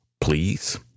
please